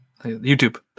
YouTube